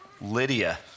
Lydia